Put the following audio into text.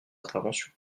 interventions